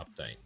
update